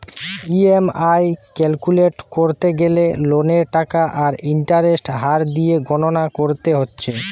EMI calculate কোরতে গ্যালে লোনের টাকা আর ইন্টারেস্টের হার দিয়ে গণনা কোরতে হচ্ছে